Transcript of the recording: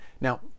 Now